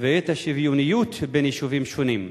ואת השוויוניות שבין יישובים שונים?